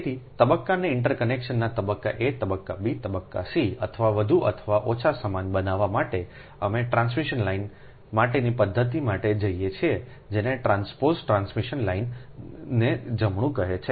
તેથી તબક્કાના ઇન્ડક્શનને તબક્કા a તબક્કા b તબક્કા c અથવા વધુ અથવા ઓછા સમાન બનાવવા માટે અમે ટ્રાન્સમિશન લાઇન માટેની પદ્ધતિ માટે જઈએ છીએ જેને ટ્રાન્સપોઝ ટ્રાન્સમિશન લાઇનને જમણું કહે છે